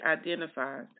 identifies